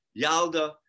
Yalda